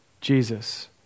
Jesus